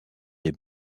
des